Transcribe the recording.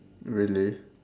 really